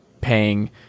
paying